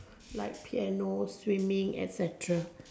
like piano swimming etcetera